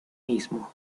mismo